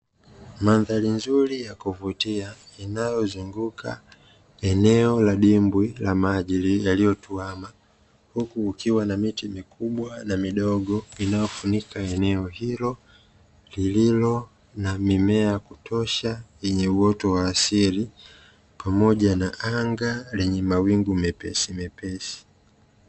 Mandhari nzuri ya kuvutia inayozunguka eneo la dimbwi la maji yaliyotuama huku kukiwa na miti mikubwa na midogo inayofunika eneo hilo, lililo na mimea ya kutosha yenye uoto wa asili pamoja na anga lenye mawingu mepesimepesi.